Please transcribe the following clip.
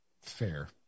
Fair